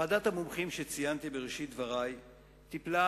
ועדת המומחים שציינתי בראשית דברי טיפלה